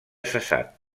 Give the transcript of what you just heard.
cessat